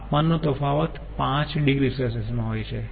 તાપમાન નો તફાવત 5 oC નો હોય છે